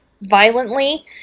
violently